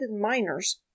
miners